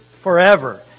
forever